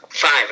Five